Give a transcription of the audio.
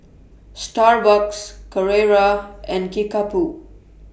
Starbucks Carrera and Kickapoo